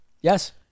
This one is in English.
Yes